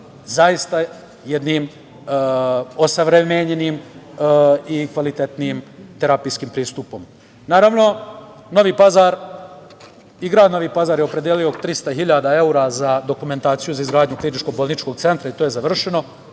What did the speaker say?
zaista jednim osavremenjenim i kvalitetnijim terapijskim pristupom. Naravno, i grad Novi Pazar je opredelio 300.000 evra za dokumentaciju za izgradnju kliničko bolničkog centra i to je završeno.